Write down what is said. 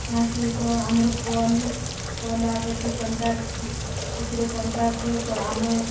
ତା' ସହିତ ଆମର କଲ୍ କଲ୍ ଆଉ ଅଛି କଣ୍ଟାକ୍ଟ ସେଥିରେ କଣ୍ଟାକ୍ଟର ଆମେ